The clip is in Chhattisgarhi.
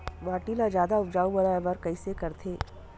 माटी ला जादा उपजाऊ बनाय बर कइसे करथे?